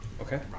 Okay